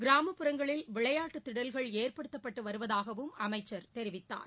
கிராமப்புறங்களில் விளையாட்டுத் திடல்கள் ஏற்படுத்தப்பட்டு வருவதாகவும் அமைச்சர் தெரிவித்தார்